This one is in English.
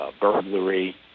burglary